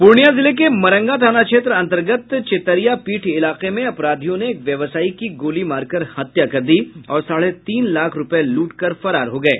पूर्णियां जिले के मरंगा थाना क्षेत्र अन्तर्गत चेतरियापीठ इलाके में अपराधियों ने एक व्यावसायी को गोली मार कर हत्या कर दी और साढ़े तीन लाख रूपये लूट कर फरार हो गये